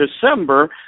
December